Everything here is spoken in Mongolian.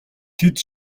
тэд